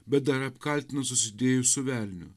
bet dar apkaltino susidėjus su velniu